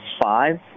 five